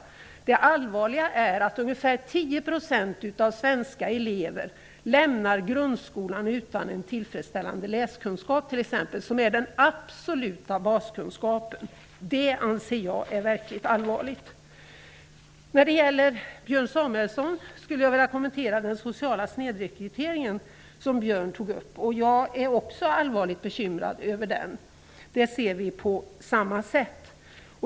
Det verkligt allvarliga är att ungefär 10 % av svenska elever lämnar grundskolan utan en tillfredsställande läskunskap, som är den absoluta baskunskapen. Björn Samuelson tog upp den sociala snedrekryteringen. Jag är också allvarligt bekymrad över den -- vi ser det problemet på samma sätt.